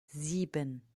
sieben